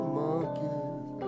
monkeys